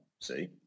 See